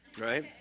right